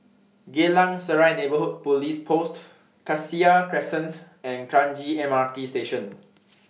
Geylang Serai Neighbourhood Police Post Cassia Crescent and Kranji MRT Station